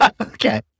Okay